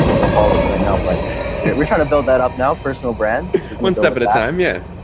no followers right now. but we're trying to build that up now. personal brands one step at a time. yeah,